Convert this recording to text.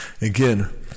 Again